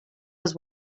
was